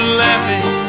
laughing